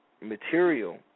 material